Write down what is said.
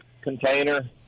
container